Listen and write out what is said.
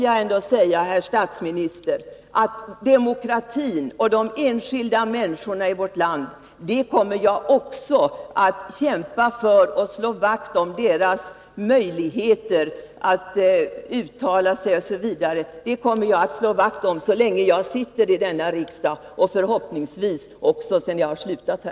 Jag kommer, herr statsminister, så länge jag sitter i denna riksdag och förhoppningsvis även därefter, att kämpa för demokratin och slå vakt om de enskilda människornas möjligheter att få komma till tals.